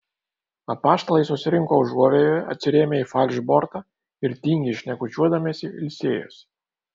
apaštalai susirinko užuovėjoje atsirėmę į falšbortą ir tingiai šnekučiuodamiesi ilsėjosi